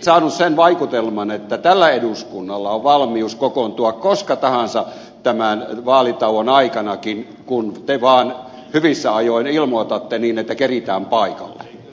saanut sen vaikutelman että tällä eduskunnalla on valmius kokoontua koska tahansa tämän vaalitauon aikanakin kun te vaan hyvissä ajoin ilmoitatte niin että keritään paikalle